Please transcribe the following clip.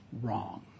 wrong